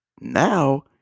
Now